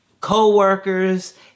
co-workers